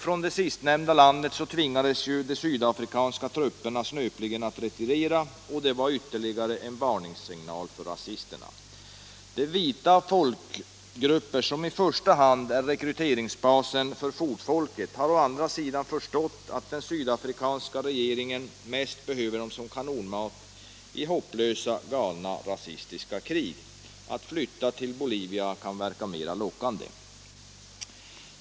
Från det sistnämnda landet tvingades de sydafrikanska trupperna snöpligen att retirera, och det var en ytterligare varningssignal för rasisterna. De vita folkgrupper som i första hand är rekryteringsbasen för fotfolket har å andra sidan förstått att den sydafrikanska regeringen mest behöver dem som kanonmat i hopplösa, galna rasistiska krig. Att flytta till Bolivia kan verka mera lockande.